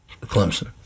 Clemson